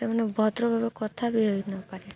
ସେମାନେ ଭଦ୍ରଭାବେ କଥା ବି ହୋଇ ନପାରେ